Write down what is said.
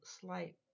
slight